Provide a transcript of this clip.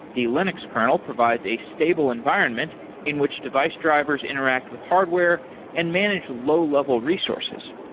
the linux kernel provides a stable environment in which device drivers interact with hardware and manage low-level resources.